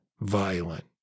violent